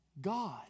God